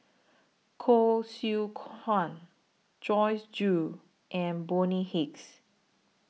Koh Seow Chuan Joyce Jue and Bonny Hicks